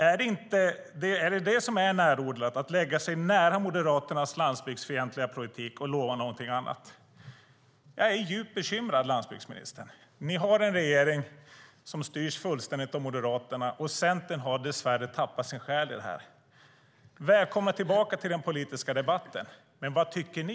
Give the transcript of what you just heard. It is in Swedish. Är det detta som är närodlat - att lägga sig nära Moderaternas landsbygdsfientliga politik och lova någonting annat? Jag är djupt bekymrad, landsbygdsministern. Ni har en regering som styrs fullständigt av Moderaterna, och Centern har dess värre tappat sin själ i det här. Välkomna tillbaka till den politiska debatten, men vad tycker ni?